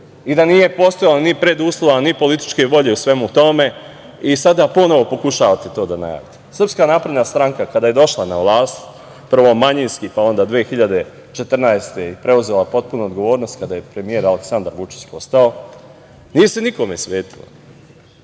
i da nije postojalo ni preduslova, ni političke volje u svemu tome i sada ponovo pokušavate to da najavite. Srpska napredna stranka kada je došla na vlast, prvo manjinski, pa onda 2014. godine i preuzela potpunu odgovornost kada je premijer Aleksandar Vučić postao, nije se nikome svetila.